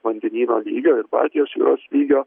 vandenyno lygio ir baltijos jūros lygio